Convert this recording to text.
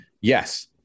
Yes